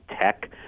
tech